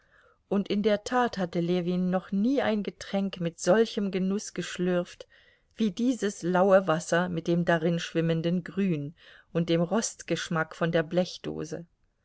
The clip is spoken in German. und in der tat hatte ljewin noch nie ein getränk mit solchem genuß geschlürft wie dieses laue wasser mit dem darin schwimmenden grün und dem rostgeschmack von der blechdose